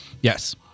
Yes